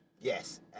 Yes